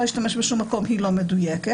להשתמש בשום מקום היא לא מדויקת.